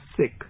sick